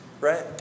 right